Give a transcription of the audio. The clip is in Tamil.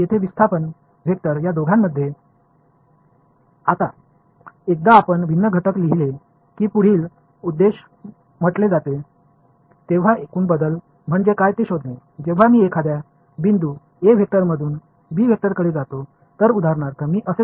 இப்போது நீங்கள் ஒரு வேறுபட்ட உறுப்பை எழுதியவுடன் நமது அடுத்த நோக்கம் மொத்த மாற்றம் என்ன என்பதைக் கண்டுபிடிப்பதாகும் நான் "a" வெக்டர் இன் ஒரு பகுதியில் இருந்து ஒரு "b" வெக்டர் இன் ஒரு பகுதிக்கு செல்வதாக வைத்துக்கொள்வோம் உதாரணமாக நான் இப்படி செல்ல முடியும்